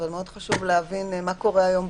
ומאוד חשוב להבין מה קורה היום,